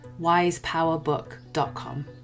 wisepowerbook.com